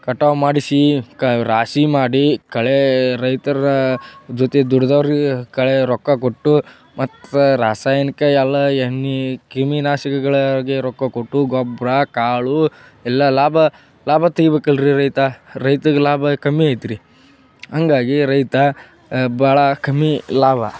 ಕಟಾವು ಮಾಡಿಸಿ ಕ ರಾಶಿ ಮಾಡಿ ಕಳೆ ರೈತರ ಜೊತೆ ದುಡಿದವರಿಗೆ ಕಳೆ ರೊಕ್ಕ ಕೊಟ್ಟು ಮತ್ತು ರಾಸಾಯನಿಕ ಎಲ್ಲ ಎಣ್ಣೆ ಕ್ರಿಮಿನಾಶಕಗಳಾಗಿ ರೊಕ್ಕ ಕೊಟ್ಟು ಗೊಬ್ಬರ ಕಾಳು ಎಲ್ಲ ಲಾಭ ಲಾಭ ತೆಗಿಬೇಕಲ್ಲ ರಿ ರೈತ ರೈತಗೆ ಲಾಭ ಕಮ್ಮಿ ಐತ್ರಿ ಹಂಗಾಗಿ ರೈತ ಭಾಳ ಕಮ್ಮಿ ಲಾಭ